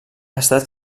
estat